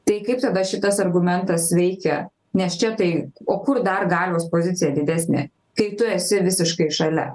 tai kaip tada šitas argumentas veikia nes čia tai o kur dar galios pozicija didesnė kai tu esi visiškai šalia